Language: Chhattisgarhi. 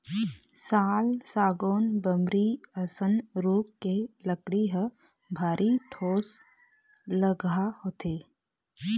साल, सागौन, बमरी असन रूख के लकड़ी ह भारी ठोसलगहा होथे